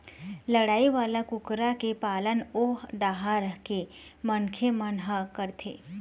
लड़ई वाला कुकरा के पालन ओ डाहर के मनखे मन ह करथे